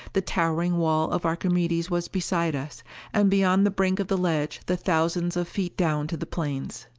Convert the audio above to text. the towering wall of archimedes was beside us and beyond the brink of the ledge the thousands of feet down to the plains.